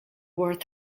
worth